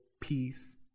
peace